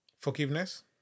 Forgiveness